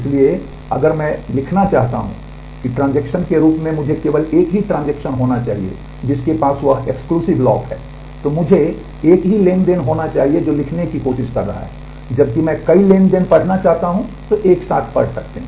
इसलिए अगर मैं यह लिखना चाहता हूं कि ट्रांजेक्शन लॉक है तो मुझे केवल एक ही ट्रांज़ैक्शन होना चाहिए जो लिखने की कोशिश कर रहा है लेकिन जब मैं कई ट्रांज़ैक्शन पढ़ना चाहता हूं तो एक साथ पढ़ सकते हैं